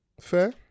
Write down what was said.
Fair